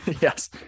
Yes